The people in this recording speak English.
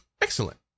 excellent